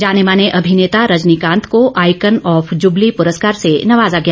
जानेमाने अभिनेता रजनीकांत को आइकॉन ऑफ जुबली पुरस्कार से नवाजा गया